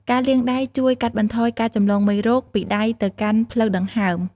ការលាងដៃជួយកាត់បន្ថយការចម្លងមេរោគពីដៃទៅកាន់ផ្លូវដង្ហើម។